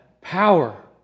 power